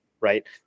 right